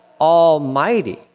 almighty